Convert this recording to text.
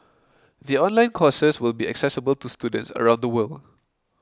the online courses will be accessible to students around the world